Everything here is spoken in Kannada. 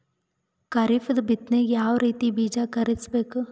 ಖರೀಪದ ಬಿತ್ತನೆಗೆ ಯಾವ್ ರೀತಿಯ ಬೀಜ ಖರೀದಿಸ ಬೇಕು?